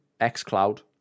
xCloud